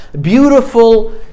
beautiful